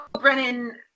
Brennan